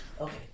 Okay